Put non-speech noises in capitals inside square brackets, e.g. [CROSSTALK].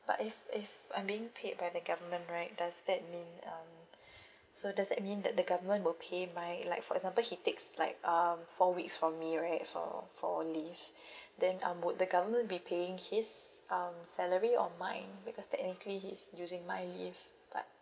but if if I mean paid by the government right does that mean um [BREATH] so does that mean that the government will pay mine like for example he takes like um four weeks from me right for for leave [BREATH] then um would the government be paying his um salary or mine because technically he's using my leave but